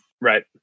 Right